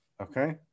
Okay